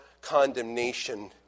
condemnation